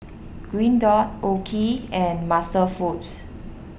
Green Dot Oki and MasterFoods